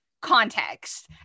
context